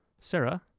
Sarah